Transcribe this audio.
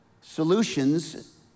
Solutions